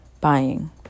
buying